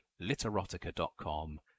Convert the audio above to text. literotica.com